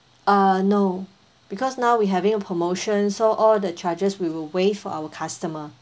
uh no because now we having a promotion so all the charges we will waive for our customer